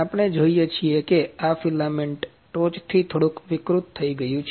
આપણે જોઈએ છીએ કે આ ફિલામેન્ટ ટોચથી થોડુંક વિકૃત થઈ ગયું છે